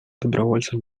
добровольцев